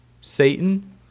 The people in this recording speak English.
Satan